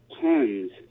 tons